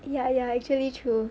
ya ya actually true